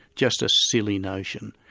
just a silly notion,